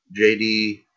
JD